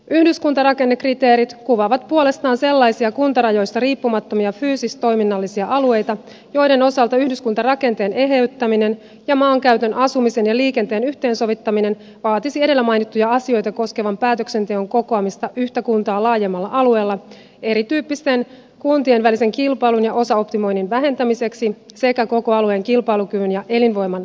yhdyskuntarakennekriteerit kuvaavat puolestaan sellaisia kuntarajoista riippumattomia fyysis toiminnallisia alueita joiden osalta yhdyskuntarakenteen eheyttäminen ja maankäytön asumisen ja liikenteen yhteensovittaminen vaatisivat edellä mainittuja asioita koskevan päätöksenteon kokoamista yhtä kuntaa laajemmalla alueella erityyppisten kuntien välisen kilpailun ja osaoptimoinnin vähentämiseksi sekä koko alueen kilpailukyvyn ja elinvoiman vahvistamiseksi